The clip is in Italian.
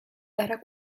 era